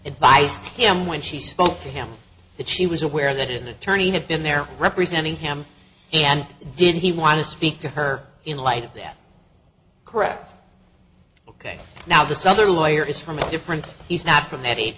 advised him when she spoke to him that she was aware that in attorney had been there representing him and did he want to speak to her in light of that correct ok now this other lawyer is from a different he's not from that age